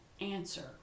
answer